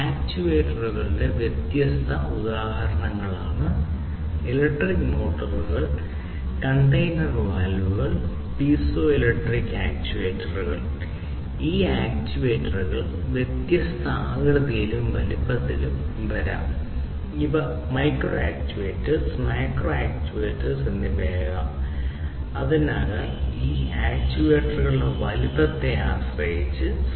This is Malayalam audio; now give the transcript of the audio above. ഇവ ആക്റ്റുവേറ്ററുകളുടെ വ്യത്യസ്ത ഉദാഹരണങ്ങളാണ് ഇലക്ട്രിക് മോട്ടോറുകൾ സോളിനോയ്ഡ് വാൽവുകൾ ഹാർഡ് ഡ്രൈവുകൾ സ്റ്റെപ്പർ മോട്ടോർ ചീപ്പ് drive hydraulic cylinder piezo electric actuator pneumatic ആക്യുവേറ്ററുകൾ എന്നിവ ആകാം അതിനാൽ ഈ ആക്റ്റേറ്ററുകളുടെ വലുപ്പത്തെ ആശ്രയിച്ച്